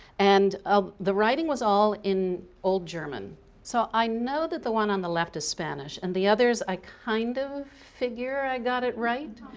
and ah the writing was all in old german so i know that the one on the left is spanish and the others i kind of figure i got it right.